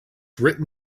written